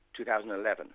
2011